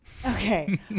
Okay